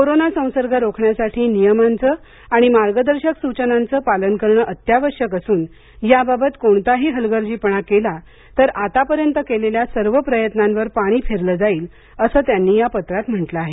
corona संसर्ग रोखण्यासाठी नियमांचं आणि मार्गदर्शक सूचनांचं पालन करणं अत्यावश्यक असून याबाबत कोणताही हलगर्जीपणा केला तर आतापर्यंत केलेल्या सर्व प्रयत्नांवर पाणी फेरलं जाईल असं त्यांनी या पत्रात म्हटलं आहे